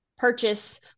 purchase